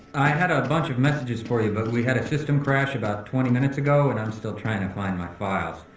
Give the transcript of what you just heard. i had a bunch of messages for you, but we had a system crash about twenty minutes ago and i'm still trying to find my files.